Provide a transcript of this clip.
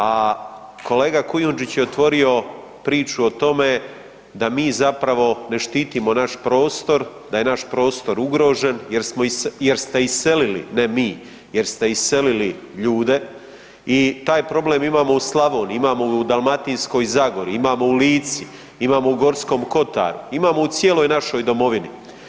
A kolega Kujundžić je otvorio priču o tome da mi zapravo ne štitimo naš prostor, da je naš prostor ugrožen jer ste iselili, ne mi, jer ste iselili ljude i taj problem imamo u Slavoniji, imao u Dalmatinskoj zagori, imamo u Lici, imamo u Gorskom kotaru, imamo u cijeloj našoj domovini.